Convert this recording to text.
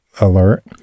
alert